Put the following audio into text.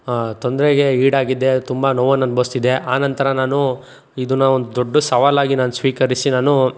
ತೊಂದರೆಗೆ ಈಡಾಗಿದ್ದೆ ತುಂಬ ನೋವನ್ನು ಅನುಭವ್ಸ್ತಿದ್ದೆ ಆ ನಂತರ ನಾನು ಇದನ್ನು ಒಂದು ದೊಡ್ಡ ಸವಾಲಾಗಿ ನಾನು ಸ್ವೀಕರಿಸಿ ನಾನು